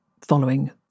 following